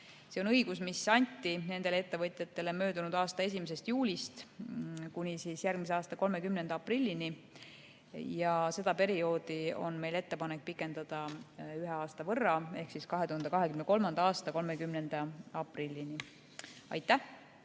See on õigus, mis anti nendele ettevõtjatele möödunud aasta 1. juulist kuni järgmise aasta 30. aprillini. Seda perioodi on meil ettepanek pikendada ühe aasta võrra ehk 2023. aasta 30. aprillini. Aitäh!